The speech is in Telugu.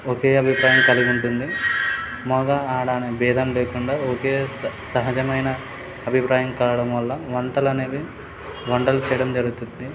ఒకే అభిప్రాయం కలిగి ఉంటుంది మగ ఆడ అనే భేదం లేకుండా ఓకే సహజమైన అభిప్రాయం కావడం వల్ల వంటలు అనేవి వంటలు చేయడం జరుగుతుంది